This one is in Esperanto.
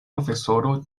profesoro